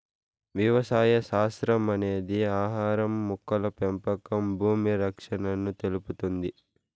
వ్యవసాయ శాస్త్రం అనేది ఆహారం, మొక్కల పెంపకం భూమి సంరక్షణను తెలుపుతుంది